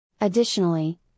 Additionally